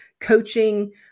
coaching